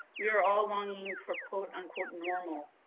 we are all longing for quote-unquote normal,